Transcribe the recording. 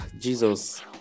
jesus